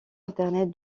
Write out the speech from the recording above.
internet